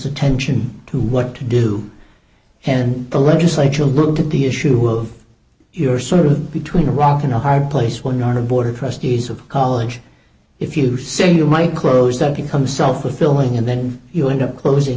attention to what to do and the legislature looked at the issue of your sort of between a rock and a hard place when you're a board of trustees of college if you say you might close that becomes self fulfilling and then you end up closing